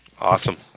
awesome